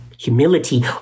Humility